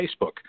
Facebook